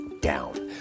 down